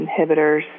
inhibitors